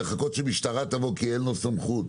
לחכות שמשטרה תבוא כי אין לו סמכות,